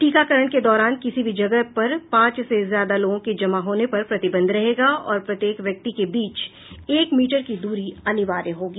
टीकाकरण के दौरान किसी भी जगह पर पांच से ज्यादा लोगों के जमा होने पर प्रतिबंध रहेगा और प्रत्येक व्यक्ति के बीच एक मीटर की दूरी अनिवार्य होगी